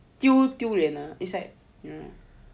丢脸 lah is like